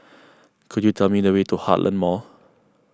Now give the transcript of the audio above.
could you tell me the way to Heartland Mall